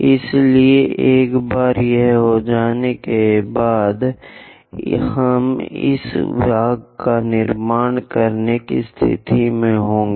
इसलिए एक बार यह हो जाने के बाद हम इस भाग का निर्माण करने की स्थिति में होंगे